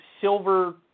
silver